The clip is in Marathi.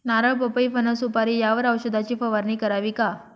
नारळ, पपई, फणस, सुपारी यावर औषधाची फवारणी करावी का?